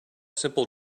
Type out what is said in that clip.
simple